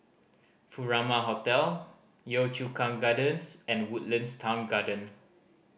Furama Hotel Yio Chu Kang Gardens and Woodlands Town Garden